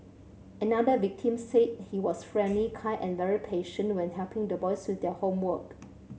another victim said he was friendly kind and very patient when helping the boys with their homework